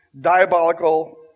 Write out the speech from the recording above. diabolical